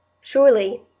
Surely